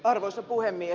arvoisa puhemies